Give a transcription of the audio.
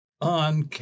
on